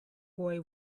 boy